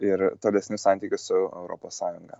ir tolesnius santykius su europos sąjunga